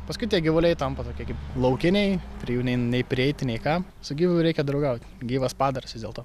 paskui tie gyvuliai tampa tokie kaip laukiniai prie jų nein nei prieiti nei ką su gyvu reikia draugaut gyvas padaras vis dėlto